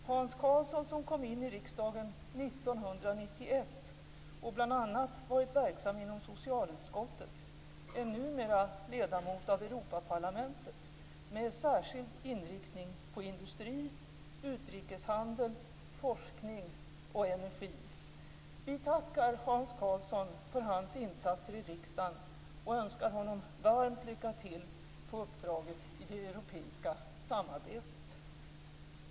Hans Karlsson, som kom in i riksdagen 1991 och bl.a. varit verksam inom socialutskottet, är numera ledamot av Europaparlamentet, med särskild inriktning på industri, utrikeshandel, forskning och energi. Vi tackar Hans Karlsson för hans insatser i riksdagen och önskar honom varmt lycka till på uppdraget i det europeiska samarbetet.